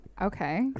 okay